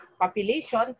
population